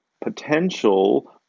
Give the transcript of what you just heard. potential